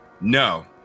No